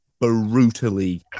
brutally